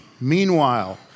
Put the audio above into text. Meanwhile